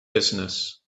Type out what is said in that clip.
business